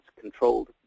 controlled